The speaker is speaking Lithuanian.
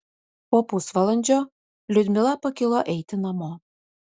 po pusvalandžio liudmila pakilo eiti namo